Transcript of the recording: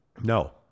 no